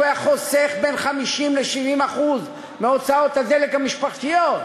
הוא היה חוסך בין 50% ל-70% מהוצאות הדלק המשפחתיות,